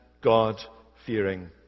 God-fearing